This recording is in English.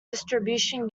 distribution